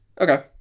Okay